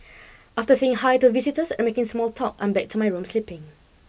after saying hi to visitors and making small talk I'm back to my room sleeping